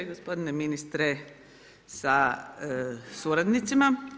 Gospodine ministre sa suradnicima.